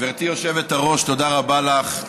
גברתי היושבת-ראש, תודה רבה לך.